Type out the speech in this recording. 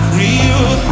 real